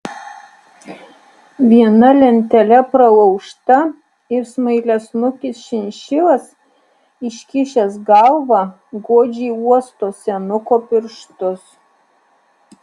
viena lentele pralaužta ir smailiasnukis šinšilas iškišęs galvą godžiai uosto senuko pirštus